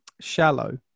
shallow